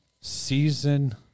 season